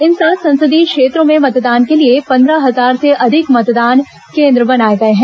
इन सात संसदीय क्षेत्रों में मतदान के लिए पंद्रह हजार से अधिकमतदान केन्द्र बनाए गए हैं